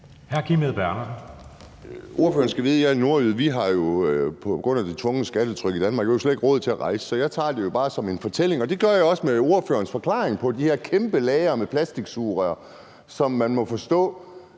Andersen (DD): Ordføreren skal vide, at jeg er nordjyde. Vi har jo på grund af det tunge skattetryk i Danmark slet ikke råd til at rejse, så jeg tager det jo bare som en fortælling. Og det gør jeg også i forhold til ordførerens forklaring på de her kæmpe lagre med plastiksugerør, som man må forstå